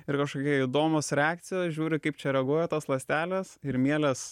ir kažkokia įdomūs reakcija žiūri kaip čia reaguoja tos ląstelės ir mielės